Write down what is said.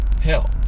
Hell